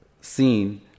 seen